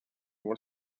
vuol